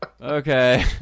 okay